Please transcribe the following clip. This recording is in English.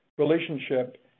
relationship